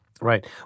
Right